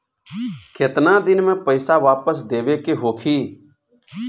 केतना दिन में पैसा वापस देवे के होखी?